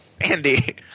Andy